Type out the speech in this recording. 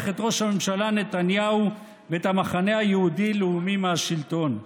את ראש הממשלה נתניהו ואת המחנה היהודי-לאומי מהשלטון.